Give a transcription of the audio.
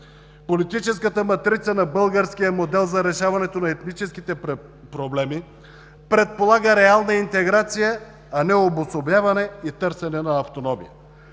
Политическата матрица на българския модел за решаването на етническите проблеми предполага реална интеграция, а не обособяване и търсене на автономия.